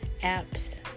apps